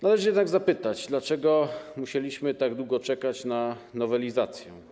Należy jednak zapytać, dlaczego musieliśmy taki długo czekać na nowelizację.